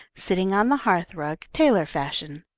sitting on the hearth-rug, tailor-fashion.